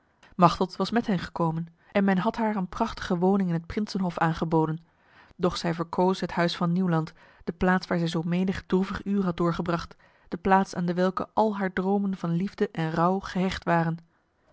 machteld was met hen gekomen en men had haar een prachtige woning in het prinsenhof aangeboden doch zij verkoos het huis van nieuwland de plaats waar zij zo menig droevig uur had doorgebracht de plaats aan dewelke al haar dromen van liefde en rouw gehecht waren